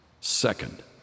Second